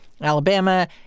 Alabama